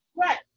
Right